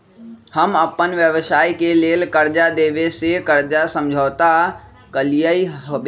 हम अप्पन व्यवसाय के लेल कर्जा देबे से कर्जा समझौता कलियइ हबे